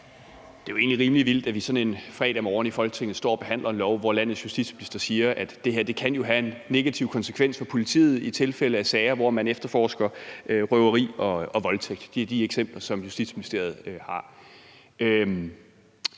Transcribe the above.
egentlig rimelig vildt, at vi sådan en fredag morgen står og behandler et lovforslag i Folketinget, hvor landets justitsminister siger, at det her jo kan have en negativ konsekvens for politiet i sager, hvor man efterforsker røveri eller voldtægt. Det er de eksempler, som Justitsministeriet har